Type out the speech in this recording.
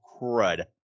crud